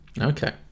Okay